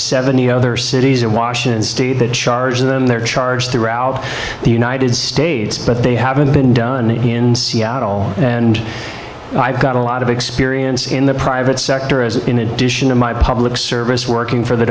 seventy other cities or washington state that charge them their charge throughout the united states but they haven't been done in seattle and i've got a lot of experience in the private sector is in addition to my public service working for the